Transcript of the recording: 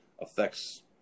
affects